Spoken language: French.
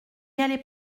allez